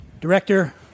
Director